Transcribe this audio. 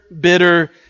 bitter